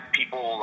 people